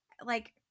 like-